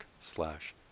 slash